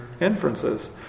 inferences